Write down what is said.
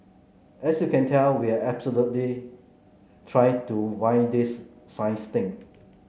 as you can tell we are absolutely trying to wing this science thing